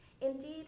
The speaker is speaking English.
Indeed